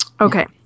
Okay